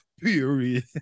period